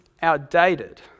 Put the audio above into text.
outdated